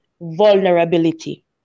vulnerability